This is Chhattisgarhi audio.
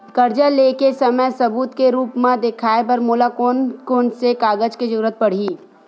कर्जा ले के समय सबूत के रूप मा देखाय बर मोला कोन कोन से कागज के जरुरत पड़ही?